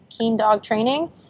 keendogtraining